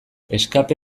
escape